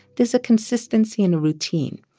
there's a consistency in routine.